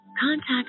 contact